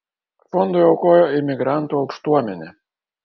fondui aukojo imigrantų aukštuomenė